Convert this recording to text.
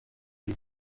iyi